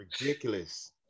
ridiculous